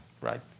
right